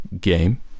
game